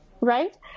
right